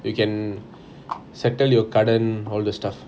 you can settle your current all the stuff